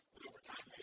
but over time,